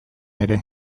ere